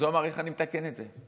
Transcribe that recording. אז הוא אמר: איך אני מתקן את זה?